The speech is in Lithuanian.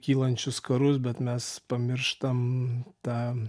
kylant kylančius karus bet mes pamirštam tą